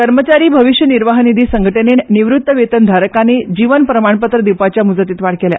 कर्मचारी भविश्य निर्वाह निधी संघटणेन निवृत्ती वेतन धारकांनी जीवन प्रमाणपत्र दिवपाचे मुजतींत वाड केल्या